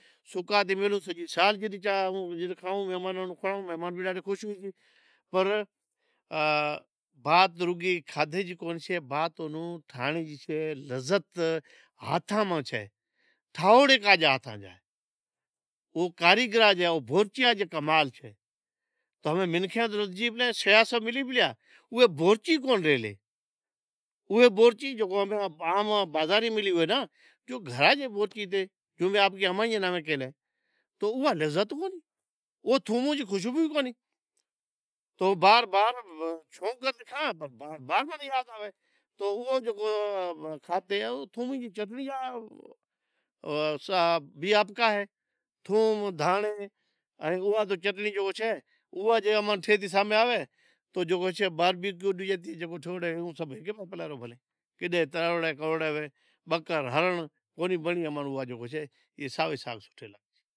سکا سجی سال ہوں کھائوں مہمانوں ناں کھوڑائوں مہمان وچارا خوس تھئشیں، پر وات رگی جی کون چھے کائنڑ جی چھے لذت ہاتھاں ماں چھے او کاریکر یا بورچیاں جا کمال چھے تو ہمیں منکیں رادھیں پلیں اوئاں بورچی کونڑ ملے، اوئے بورچی جکو عام بازار ملی ہوئے ناں کیونکہ تو اوہا لذت کونہی او تھوموں جی خوشبو ئی کونہیں بار بار شوق کرے کھاں پر بار بار منیں یاد آوے کھادھے بی آپ کا ہے تھوم دہانڑے ائیں اوہا چنٹنڑی جکو چھے اوہا جے اماں جی سامہیں آوے تو بار بی کیو چھوڑے بھلیں ہیکے پاسے پلا رہیں بھلیں، بکر ہرنڑ کونہیں ونڑیں جکو او سائو ساگ ونڑیں